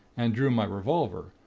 and drew my revolver,